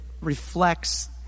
reflects